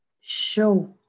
show